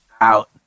Out